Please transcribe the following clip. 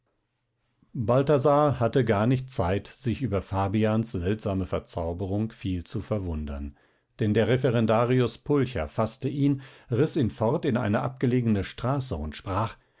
balthasar hatte gar nicht zeit sich über fabians seltsame verzauberung viel zu verwundern denn der referendarius pulcher faßte ihn riß ihn fort in eine abgelegene straße und sprach